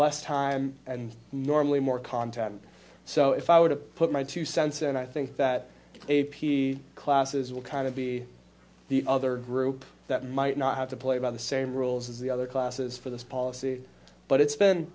less time and normally more content so if i were to put my two cents and i think that a p classes will kind of be the other group that might not have to play by the same rules as the other classes for this policy but it's been